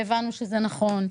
והבנו שזה נכון,